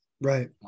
Right